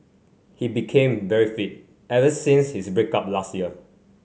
he became very fit ever since his break up last year